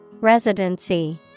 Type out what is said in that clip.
Residency